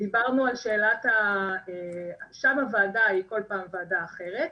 שם הוועדה היא כל פעם ועדה אחרת,